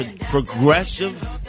progressive